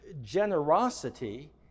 generosity